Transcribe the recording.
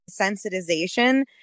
sensitization